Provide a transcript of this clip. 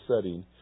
setting